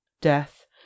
Death